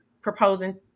proposing